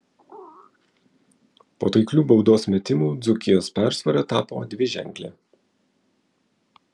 po taiklių baudos metimų dzūkijos persvara tapo dviženklė